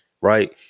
right